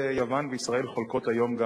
ויוון וישראל חולקות גם היום,